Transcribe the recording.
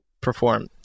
perform